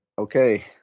Okay